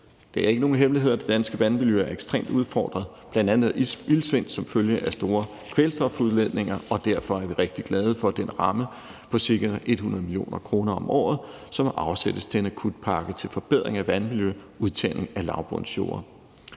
Det er ikke nogen hemmelighed, at det danske vandmiljø er ekstremt udfordret, bl.a. af iltsvind som følge af store kvælstofudledninger, og derfor er vi rigtig glade for den ramme på ca. 100 mio. kr. om året, som afsættes til en akutpakke til forbedring af vandmiljø og udtagning af lavbundsjorder.